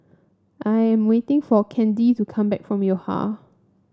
I am waiting for Candy to come back from Yo Ha